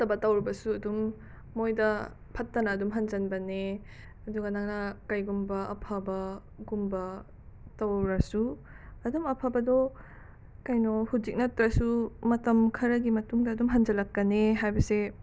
ꯐꯠꯇꯕ ꯇꯧꯔꯨꯕꯁꯨ ꯑꯗꯨꯝ ꯃꯣꯏꯗ ꯐꯠꯇꯅ ꯑꯗꯨꯝ ꯍꯟꯖꯟꯕꯅꯦ ꯑꯗꯨꯒ ꯅꯪꯅ ꯀꯩꯒꯨꯝꯕ ꯑꯐꯕ ꯒꯨꯝꯕ ꯇꯧꯔꯨꯔꯁꯨ ꯑꯗꯨꯝ ꯑꯐꯕꯗꯣ ꯀꯩꯅꯣ ꯍꯧꯖꯤꯛ ꯅꯠꯇ꯭ꯔꯁꯨ ꯃꯇꯝ ꯈꯔꯒꯤ ꯃꯇꯨꯡꯗ ꯑꯗꯨꯝ ꯍꯟꯖꯜꯂꯛꯀꯅꯤ ꯍꯥꯏꯕꯁꯦ